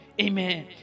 Amen